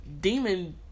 demon